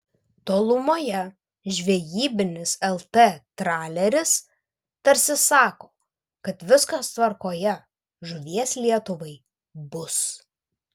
tolumoje žvejybinis lt traleris tarsi sako kad viskas tvarkoje žuvies lietuvai bus